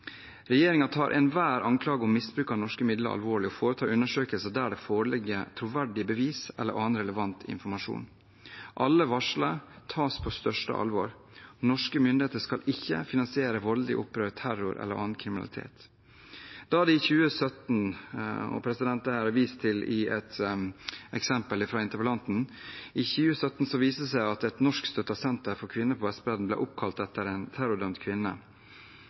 tar enhver anklage om misbruk av norske midler alvorlig og foretar undersøkelser der det foreligger troverdige bevis eller annen relevant informasjon. Alle varsler tas på største alvor. Norske myndigheter skal ikke finansiere voldelige opprør, terror eller annen kriminalitet. Da det i 2017 – og dette er vist til i et eksempel fra interpellanten – viste seg at et norskstøttet senter for kvinner på Vestbredden ble oppkalt etter en terrordømt kvinne,